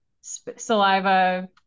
saliva